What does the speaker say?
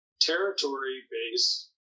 territory-based